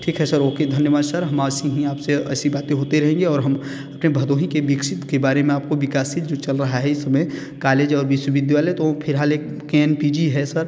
ठीक है sir okay धन्यवाद सर हम आज से ही आप से ऐसी बातें होते रहेंगे और हम अपने भदोही के विकास के बारे में आपको विकासशील जो चल रहा है इसमें कॅालेज और विश्वविद्यालय तो फिलहाल एक कै एन पी जी है सर